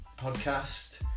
podcast